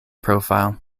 profile